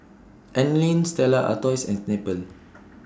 Anlene Stella Artois and Snapple